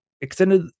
extended